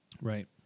right